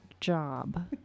job